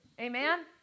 Amen